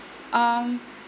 um